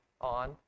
on